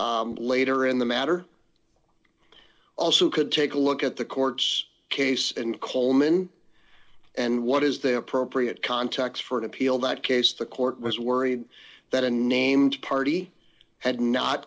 later in the matter also could take a look at the court's case in coleman and what is the appropriate context for an appeal that case the court was worried that a named party had not